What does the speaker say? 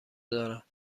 دارم